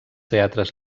teatres